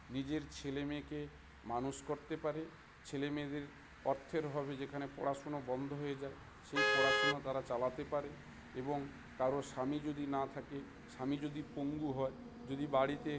নিজের ছেলে মেয়েকে মানুষ করতে পারে ছেলে মেয়েদের অর্থের অভাবে যেখানে পড়াশুনো বন্ধ হয়ে যায় সেই পড়াশুনা তারা চালাতে পারে এবং কারও স্বামী যদি না থাকে স্বামী যদি পঙ্গু হয় যদি বাড়িতে